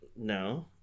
No